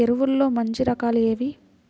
ఎరువుల్లో మంచి రకాలు ఏవి?